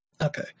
okay